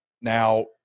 Now